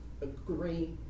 agree